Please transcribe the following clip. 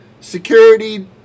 security